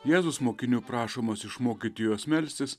jėzus mokinių prašomas išmokyti juos melstis